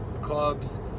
club's